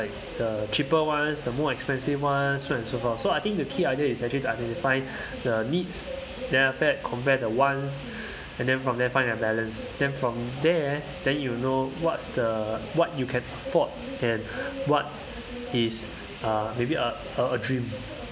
the cheaper ones the more expensive one so and so far so I think the key idea is actually to identify the needs then after that compare the ones and then from there find their balance then from there then you know what's the what you can afford and what is uh maybe a a dream